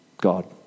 God